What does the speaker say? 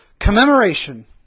Commemoration